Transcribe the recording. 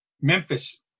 Memphis